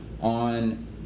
on